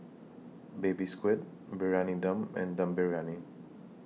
Baby Squid Briyani Dum and Dum Briyani